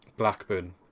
Blackburn